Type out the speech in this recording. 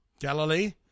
Galilee